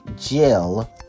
Jill